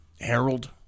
Harold